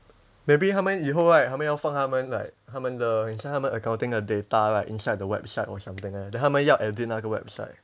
maybe 他们以后 right 他们要放他们 like 他们的很像他们的 accounting the data right inside the website or something then then 他们要 edit 那个 website